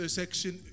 section